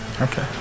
Okay